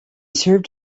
served